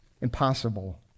Impossible